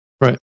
Right